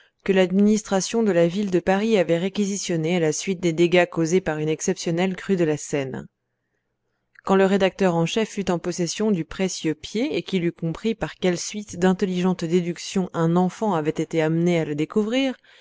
que l'administration de la ville de paris avait réquisitionnée à la suite des dégâts causés par une exceptionnelle crue de la seine quand le rédacteur en chef fut en possession du précieux pied et qu'il eut compris par quelle suite d'intelligentes déductions un enfant avait été amené à le découvrir